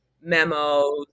memos